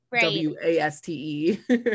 W-A-S-T-E